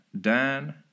Dan